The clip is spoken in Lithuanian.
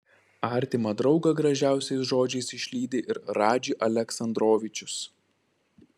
artimą draugą gražiausiais žodžiais išlydi ir radži aleksandrovičius